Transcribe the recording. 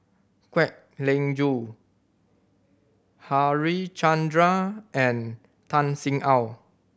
Kwek Leng Joo Harichandra and Tan Sin Aun